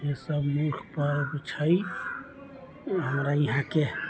ई सब नीक पर्व छै हमरा इहाँके